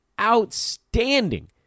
outstanding